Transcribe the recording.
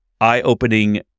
eye-opening